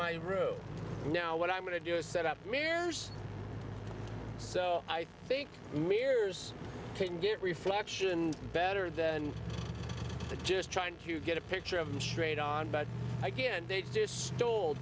my room now what i'm going to do is set up mirrors so i think mirrors can get reflections better than to just trying to get a picture of them straight on but i can't and they just told